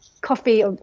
coffee